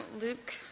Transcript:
Luke